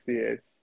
yes